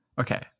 okay